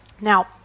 Now